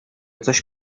coś